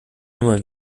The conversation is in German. immer